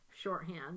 shorthand